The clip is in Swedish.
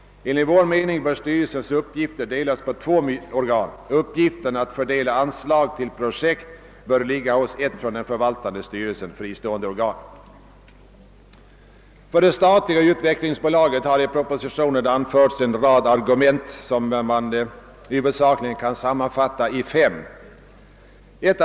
Enligt vår mening bör styrelsens uppgifter delas på två myndigheter. Uppgiften att fördela anslag till projekt bör ligga hos ett från den förvaltande styrelsen fristående organ. För det statliga utvecklingsbolaget har i propositionen anförts en rad skäl som huvudsakligen kan sammanfattas i fem.